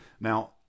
Now